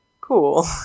cool